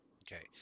Okay